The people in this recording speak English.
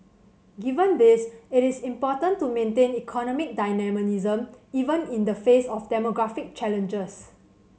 given this it is important to maintain economic dynamism even in the face of demographic challenges